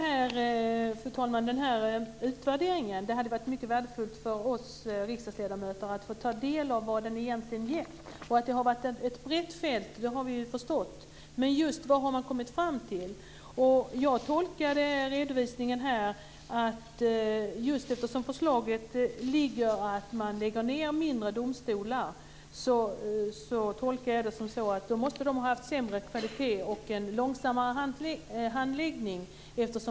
Fru talman! Det hade varit mycket värdefullt för oss riksdagsledamöter att få ta del av vad denna utvärdering egentligen gett. Att det har varit ett brett fält har vi förstått, men jag undrar just vad man har kommit fram till. Eftersom förslaget innebär att man ska lägga ned mindre domstolar tolkar jag redovisningen som så att dessa måste ha varit av sämre kvalitet och haft en långsammare handläggning.